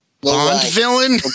Bond-Villain